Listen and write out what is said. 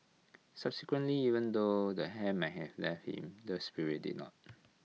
subsequently even though the hair might have left him the spirit did not